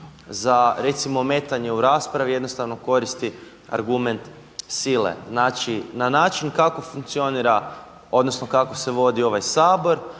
za recimo ometanje u raspravi jednostavno koristi argument sile. Znači na način kako funkcionira odnosno kako se vodi ovaj Sabor